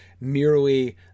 merely